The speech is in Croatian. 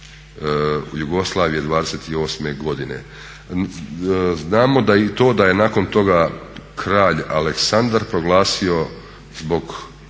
i osme godine. Znamo i to da je nakon toga kralj Aleksandar proglasio zbog